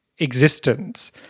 existence